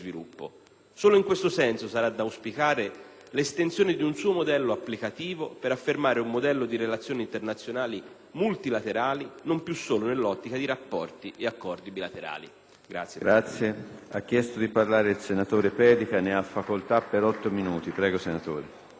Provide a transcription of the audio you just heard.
Solo in questo senso sarà da auspicare l'estensione di un suo modello applicativo per affermare un modello di relazioni internazionali multilaterali non più solo nell'ottica di rapporti e accordi bilaterali.